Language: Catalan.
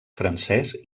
francès